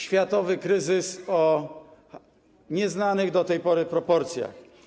Światowy kryzys o nieznanych do tej pory proporcjach.